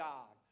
God